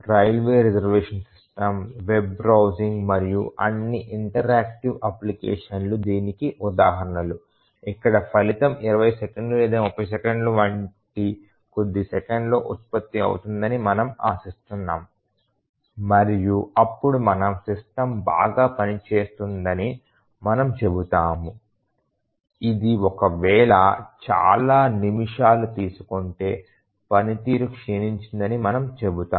railway reservation system web browsing మరియు అన్ని interactive అప్లికేషన్లు దీనికి ఉదాహరణలు ఇక్కడ ఫలితం 20 సెకన్లు లేదా 30 సెకన్లు వంటి కొద్ది సెకన్లలో ఉత్పత్తి అవుతుందని మనము ఆశిస్తున్నాము మరియు అప్పుడు మనము సిస్టమ్ బాగా పని చేస్తోందని మనం చెబుతాము ఇది ఒక వేళ చాలా నిమిషాలు తీసుకుంటే పనితీరు క్షీణించిందని మనము చెప్తాము